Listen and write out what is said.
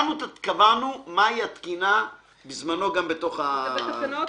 קבענו מה היא התקינה בזמנו גם בתוך --- זה בתקנות.